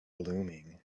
blooming